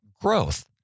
growth